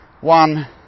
One